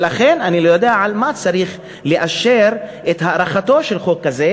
ולכן אני לא יודע על מה צריך לאשר את הארכתו של חוק כזה,